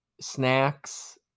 snacks